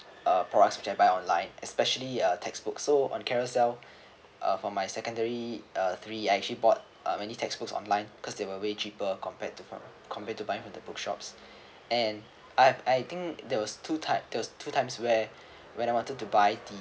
uh products which I buy online especially uh textbook sold on carousel uh for my secondary uh three I actually bought uh many textbooks online because they were way cheaper compared to from compared to buy from the bookshops and I have I think there were two type there were two times where where I wanted to buy the~